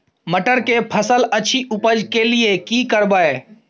मटर के फसल अछि उपज के लिये की करबै?